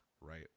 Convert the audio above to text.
right